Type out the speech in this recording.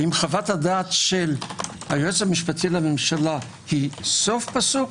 האם חוות הדעת של היועץ המשפטי לממשלה היא סוף פסוק?